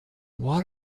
what